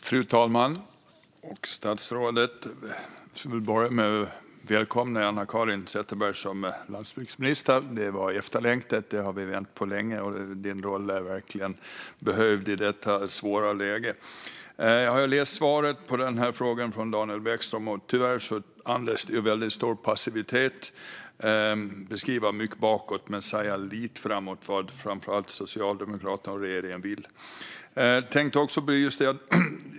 Fru talman! Jag vill börja med att välkomna Anna-Caren Sätherberg som landsbygdsminister. Det var efterlängtat; detta har vi väntat på länge. Anna-Caren Sätherbergs roll är verkligen behövd i detta svåra läge. Jag har hört svaret på Daniel Bäckströms fråga, och tyvärr andas det väldigt stor passivitet. Det beskriver mycket bakåt men säger lite om vad Socialdemokraterna och regeringen vill göra framöver.